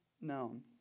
known